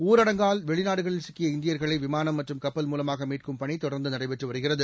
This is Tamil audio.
ஊரடங்கால் வெளிநாடுகளில் சிக்கிய இந்தியா்களை விமானம் மற்றும் கப்பல் மூலமாக மீட்கும் பணி தொடர்ந்து நடைபெற்று வருகிறது